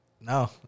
No